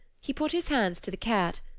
he put his hands to the cat,